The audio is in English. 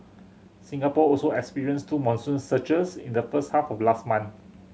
Singapore also experienced two monsoon surges in the first half of last month